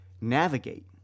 navigate